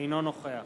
אינו נוכח